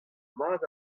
mat